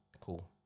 Cool